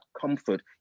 comfort